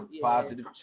Positive